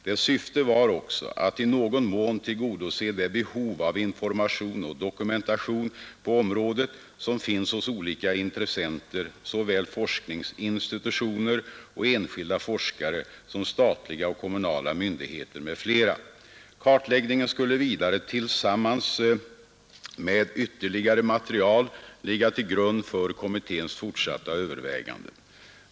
Dess syfte var också att i någon mån tillgodose det behov av information och dokumentation på området som finns hos olika intressenter, såväl forskningsinstitutioner och enskilda forskare som statliga och kommunala myndigheter m, fl. Kartläggningen skulle vidare tillsammans med ytterligare material ligga till grund för kommitténs fortsatta överväganden.